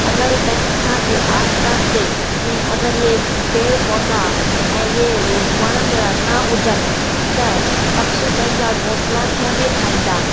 अगरि पै असां जे आस पास जे में अगरि इहे पेड़ पौधा ऐं इहे वण टिण न हुजनि त पक्षी पंहिंजा घौंसला कंहिं में ठाहींदा